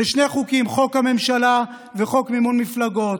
ושני חוקים, חוק הממשלה וחוק מימון מפלגות.